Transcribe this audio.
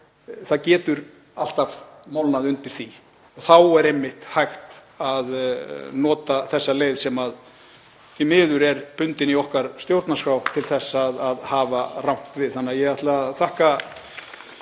það getur alltaf molnað undan því. Þá er einmitt hægt að nota þessa leið, sem því miður er bundin í okkar stjórnarskrá, til að hafa rangt við. Ég ætla að þakka